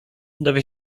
dowie